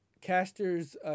Caster's